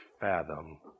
fathom